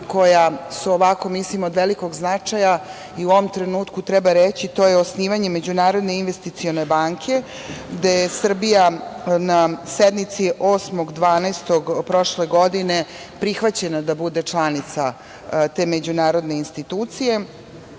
koja su od velikog značaja.U ovom trenutku treba reći, to je osnivanje Međunarodne investicione banke, gde je Srbija na sednici 8. decembra prošle godine prihvaćena da bude članica te međunarodne institucije